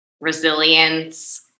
resilience